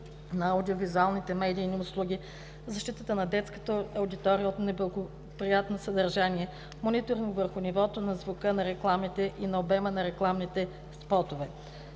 на аудиовизуалните медийни услуги; - защитата на детската аудитория от неблагоприятно съдържание; - мониторинг върху нивото на звука на рекламите и на обема на рекламните спотове;